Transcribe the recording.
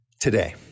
today